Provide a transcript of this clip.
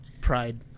Pride